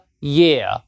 year